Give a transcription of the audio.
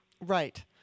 Right